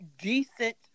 decent